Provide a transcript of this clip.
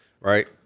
Right